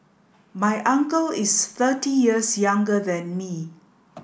my uncle is thirty years younger than me